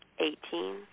eighteen